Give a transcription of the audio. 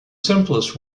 simplest